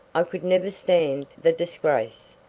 i could never stand the disgrace,